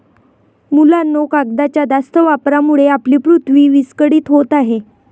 मुलांनो, कागदाच्या जास्त वापरामुळे आपली पृथ्वी विस्कळीत होत आहे